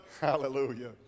hallelujah